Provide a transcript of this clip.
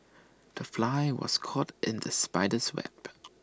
the fly was caught in the spider's web